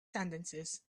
sentences